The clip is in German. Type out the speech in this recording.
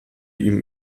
ihm